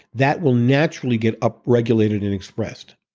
that will naturally get upregulated and expressed.